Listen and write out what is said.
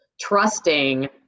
trusting